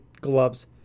gloves